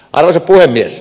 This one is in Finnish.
arvoisa puhemies